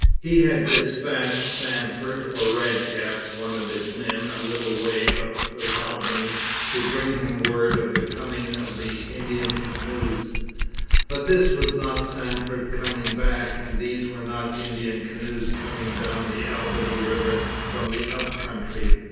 he had dispatched sandford or red cap one of his men, a little way up the albany to bring him word of the coming of the indian canoes but this was not sandford coming back, and these were not indian canoes coming down the albany river from the up-country.